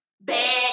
bad